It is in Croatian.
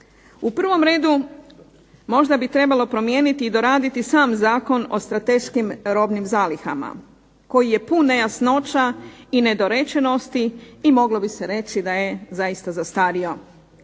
U prvom redu možda bi trebalo promijeniti i doraditi sam zakon o strateškim robnim zalihama koji je pun nejasnoća i nedorečenosti i moglo bi se reći da je zaista zastario.